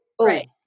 Right